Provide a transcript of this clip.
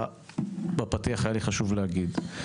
היה חשוב לי להגיד זאת בפתיח.